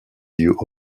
view